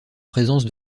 présence